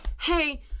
hey